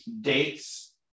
dates